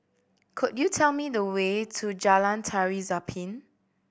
could you tell me the way to Jalan Tari Zapin